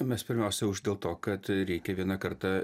mes pirmiausia už dėl to kad reikia vieną kartą